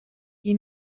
qui